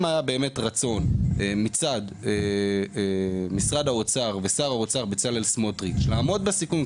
אם היה רצון מצד משרד האוצר ושר האוצר בצלאל סמוטריץ' לעמוד בסיכום,